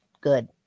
good